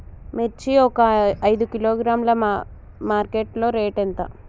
మిర్చి ఒక ఐదు కిలోగ్రాముల మార్కెట్ లో రేటు ఎంత?